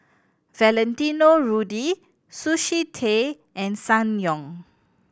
Valentino Rudy Sushi Tei and Ssangyong